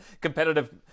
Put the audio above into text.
competitive